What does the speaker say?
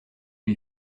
lui